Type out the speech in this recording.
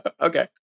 Okay